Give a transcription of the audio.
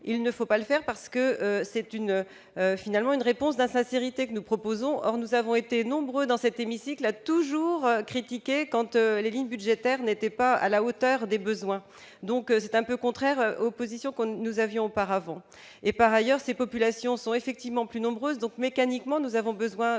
il ne faut pas le faire parce que c'est une finalement une réponse d'insincérité que nous proposons, or nous avons été nombreux dans cet hémicycle, a toujours critiquer quand les lignes budgétaires n'étaient pas à la hauteur des besoins, donc c'est un peu contraire aux positions qu'on nous avions auparavant et par ailleurs, ces populations sont effectivement plus nombreuses donc mécaniquement, nous avons besoin d'une